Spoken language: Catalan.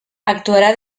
actuarà